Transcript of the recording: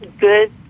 good